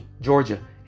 Georgia